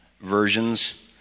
versions